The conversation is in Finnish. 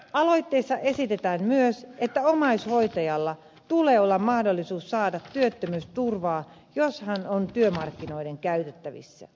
aloitteessa esitetään myös että omaishoitajalla tulee olla mahdollisuus saada työttömyysturvaa jos hän on työmarkkinoiden käytettävissä